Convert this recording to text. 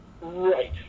Right